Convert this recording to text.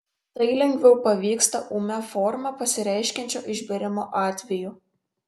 tai lengviau pavyksta ūmia forma pasireiškiančio išbėrimo atveju